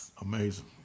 Amazing